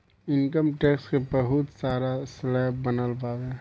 income tax के बहुत सारा स्लैब बनल बावे